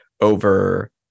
over